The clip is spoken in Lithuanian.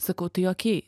sakau tai okei